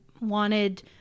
wanted